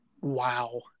Wow